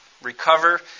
recover